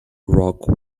rock